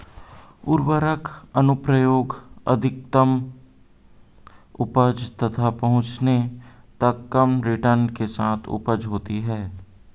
उर्वरक अनुप्रयोग अधिकतम उपज तक पहुंचने तक कम रिटर्न के साथ उपज होती है